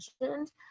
mentioned